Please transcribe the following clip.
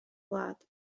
wlad